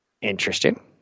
Interesting